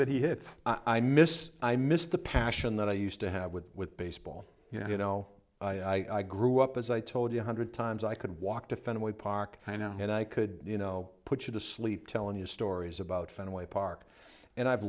that he hit i miss i miss the passion that i used to have with with baseball you know i grew up as i told you a hundred times i could walk to fenway park i know and i could you know put you to sleep telling you stories about fenway park and i've